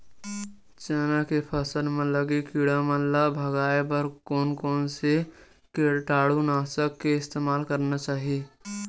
चना के फसल म लगे किड़ा मन ला भगाये बर कोन कोन से कीटानु नाशक के इस्तेमाल करना चाहि?